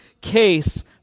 case